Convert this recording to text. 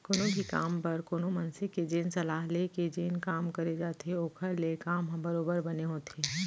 कोनो भी काम बर कोनो मनसे के जेन सलाह ले के जेन काम करे जाथे ओखर ले काम ह बरोबर बने होथे